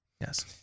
Yes